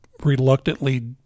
reluctantly